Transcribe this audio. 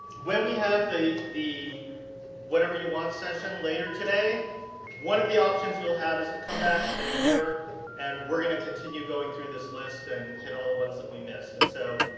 when we have the the whatever you want session later today one of the options you will have is to come back in here and we are going to continue going through this list and hit all the ones we missed. and so,